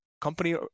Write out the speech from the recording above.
company